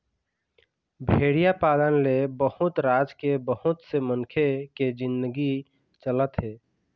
भेड़िया पालन ले बहुत राज के बहुत से मनखे के जिनगी चलत हे